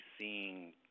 seeing